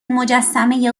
مجسمه